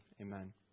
Amen